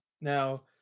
now